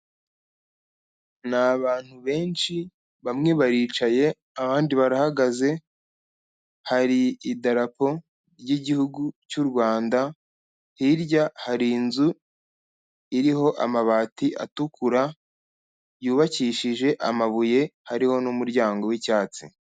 Ni abantu benshi, bamwe baricaye, abandi barahagaze, hari idarapo ry'igihugu cyu Rwanda, hirya hari inzu iriho amabati atukura, yubakishije amabuye, hariho n'umuryango w'icyatsi.